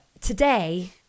Today